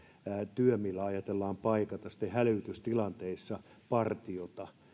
työ millä ajatellaan paikata sitten hälytystilanteissa partiota